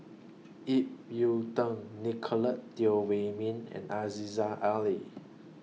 Ip Yiu Tung Nicolette Teo Wei Min and Aziza Ali